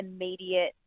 immediate